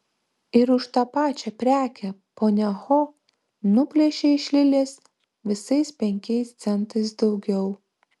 ir už tą pačią prekę ponia ho nuplėšė iš lilės visais penkiais centais daugiau